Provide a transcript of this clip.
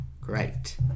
Great